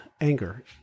anger